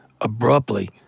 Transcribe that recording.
Abruptly